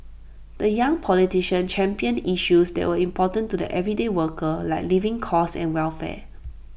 the young politician championed issues that were important to the everyday worker like living costs and welfare